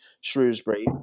Shrewsbury